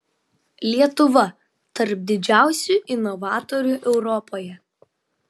lietuva tarp didžiausių inovatorių europoje